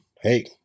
hey